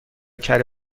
کره